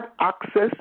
access